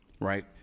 right